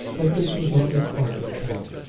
but this was not required of her.